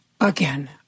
again